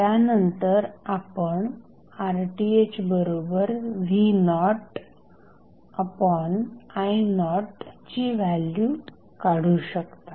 त्यानंतर आपण RThv0i0ची व्हॅल्यू काढू शकता